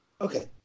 Okay